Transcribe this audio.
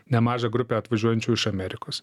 nemažą grupę atvažiuojančių iš amerikos